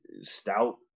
stout